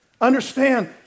understand